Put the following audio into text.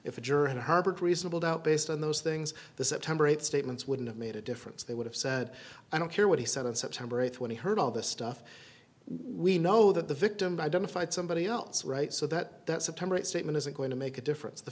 if a juror and harbored reasonable doubt based on those things the september eighth statements wouldn't have made a difference they would have said i don't care what he said on september eighth when he heard all this stuff we know that the victim by done fine somebody else right so that that september statement isn't going to make a difference the